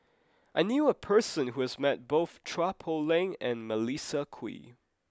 I knew a person who has met both Chua Poh Leng and Melissa Kwee